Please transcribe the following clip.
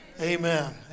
Amen